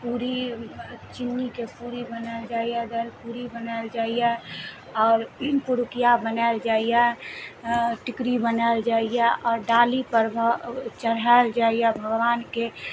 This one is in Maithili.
पूरी चीनीके पूरी बनाएल जाइया दालि पूरी बनाएल जाइया आओर पुरुकिया बनाएल जाइया टिकरी बनाएल जाइया आओर डाली पर चढ़ायल जाइया भगवानके